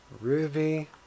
Ruby